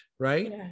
right